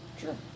Sure